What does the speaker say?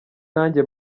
nange